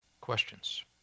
Questions